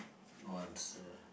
no answer